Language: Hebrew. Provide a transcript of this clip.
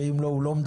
ואם לא - לא,